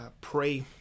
pray